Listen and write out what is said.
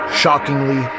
shockingly